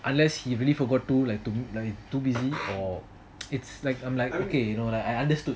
unless he really forgot to like to like too busy or it's like I'm like okay you know I understood